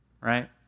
right